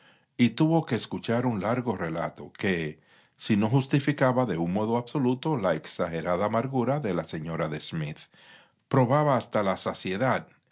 y tuvo que escuchar un largo relato que si no justificaba de un modo absoluto la exagerada amargura de la señora de smith probaba hasta la saciedad